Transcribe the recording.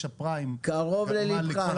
הפריים חתמה לכל הבנקים --- קרוב לליבך,